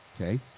okay